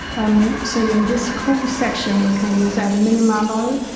um so in this cool section we can use aluminium alloy.